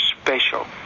special